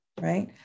Right